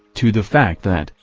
to the fact that,